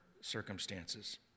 circumstances